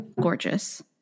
Gorgeous